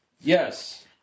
Yes